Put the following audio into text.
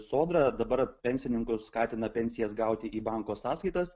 sodra dabar pensininkus skatina pensijas gauti į banko sąskaitas